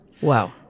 Wow